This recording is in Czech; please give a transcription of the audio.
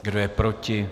Kdo je proti?